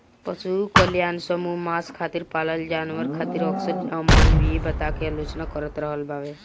पशु कल्याण समूह मांस खातिर पालल जानवर खातिर अक्सर अमानवीय बता के आलोचना करत रहल बावे